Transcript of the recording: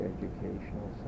Educational